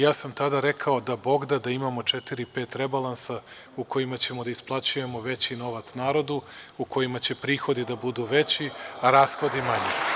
Ja sam tada rekao – da bog da da imamo četiri, pet rebalansa u kojima ćemo da isplaćujemo veći novac narodu u kojima će prihodi da budu veći, a rashodi manji.